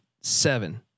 seven